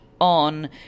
on